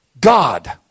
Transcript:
God